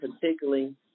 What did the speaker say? particularly